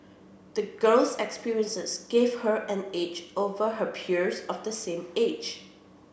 the girl's experiences gave her an edge over her peers of the same age